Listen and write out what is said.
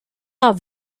are